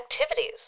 activities